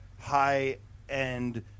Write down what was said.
high-end